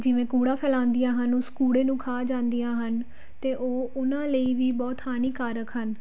ਜਿਵੇਂ ਕੂੜਾ ਫੈਲਾਉਂਦੀਆਂ ਹਨ ਉਸ ਕੂੜੇ ਨੂੰ ਖਾ ਜਾਂਦੀਆਂ ਹਨ ਅਤੇ ਉਹ ਉਹਨਾਂ ਲਈ ਵੀ ਬਹੁਤ ਹਾਨੀਕਾਰਕ ਹਨ